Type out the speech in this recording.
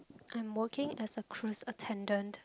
I'm working as a cruise attendant